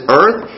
earth